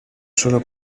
sólo